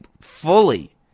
fully